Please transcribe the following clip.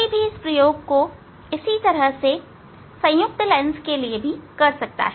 कोई भी इस प्रयोग को इसी तरह से संयुक्त लेंस के लिए भी कर सकता है